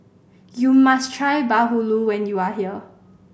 you must try bahulu when you are here